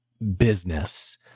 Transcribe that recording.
business